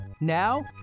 Now